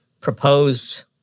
proposed